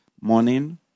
morning